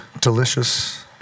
delicious